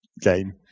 game